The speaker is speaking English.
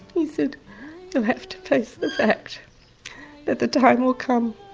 he said you'll have to face the fact that the time will come